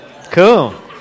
Cool